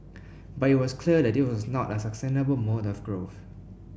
but it was clear that this was not a sustainable mode of growth